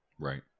Right